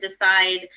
decide